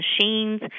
machines